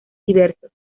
diversos